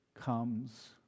comes